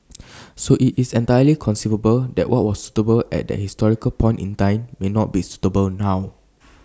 so IT is entirely conceivable that what was suitable at that historical point in time may not be suitable now